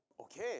okay